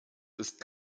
ist